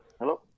Hello